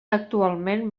actualment